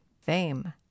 fame